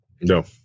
No